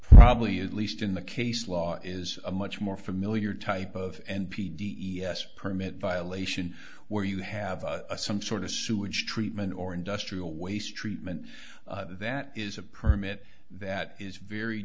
probably at least in the case law is a much more familiar type of n p t s permit violation where you have some sort of sewage treatment or industrial waste treatment that is a permit that is very